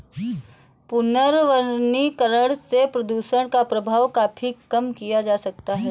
पुनर्वनीकरण से प्रदुषण का प्रभाव काफी कम किया जा सकता है